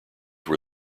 were